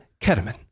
ketamine